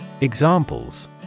Examples